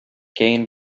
gain